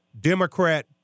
Democrat